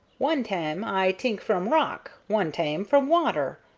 one tam i t'ink from rock, one tam from water.